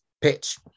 pitch